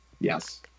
Yes